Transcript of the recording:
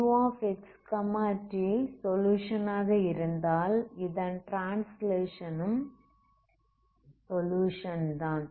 uxt solution ஆக இருந்தால் இதன் ட்ரான்ஸ்லேஷன் ம் சொலுயுஷன் தான்